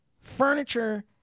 furniture